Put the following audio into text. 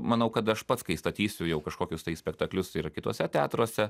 manau kad aš pats kai statysiu jau kažkokius tai spektaklius ir kituose teatruose